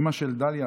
אימא של דליה,